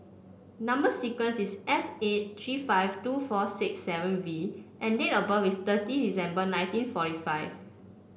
number sequence is S eight three five two four six seven V and date of birth is thirty December nineteen forty five